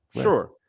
sure